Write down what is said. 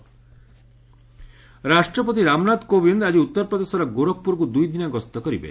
praise UP visit ରାଷ୍ଟ୍ରପତି ରାମନାଥ କୋବିନ୍ଦ ଆଜି ଉତ୍ତରପ୍ରଦେଶର ଗୋରଖପୁରକୁ ଦୁଇଦିନିଆ ଗସ୍ତ କରିବେ